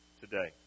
today